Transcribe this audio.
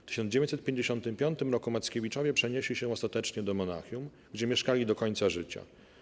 W 1955 roku Mackiewiczowie przenieśli się ostatecznie do Monachium, gdzie mieszkali do końca życia.